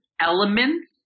elements